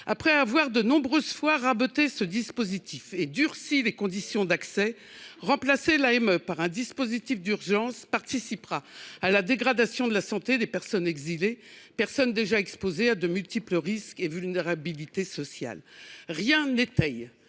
Après avoir de nombreuses fois raboté ce dispositif et durci les conditions d’accès, remplacer l’AME par un dispositif d’urgence participera à la dégradation de la santé des personnes exilées, qui sont déjà exposées à de multiples risques et vulnérabilités sociales. Rien ne